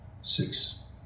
six